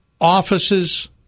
offices